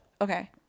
Okay